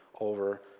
over